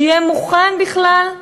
שיהיה מוכן בכלל,